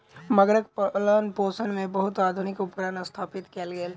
मगरक पालनपोषण मे बहुत आधुनिक उपकरण स्थापित कयल गेल